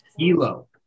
ELO